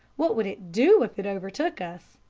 what would it do if it overtook us?